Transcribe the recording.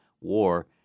war